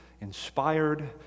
inspired